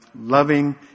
Loving